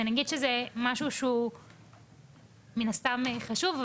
זה משהו שהוא מן הסתם חשוב,